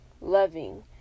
loving